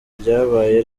ryabaye